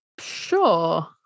sure